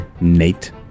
Nate